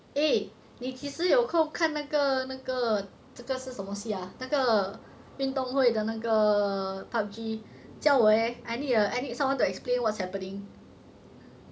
eh 你几时有空看那个那个这个是什么戏啊那个运动会的那个 P_U_B_G 教我 leh I need I need someone to explain what's happening